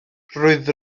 roedd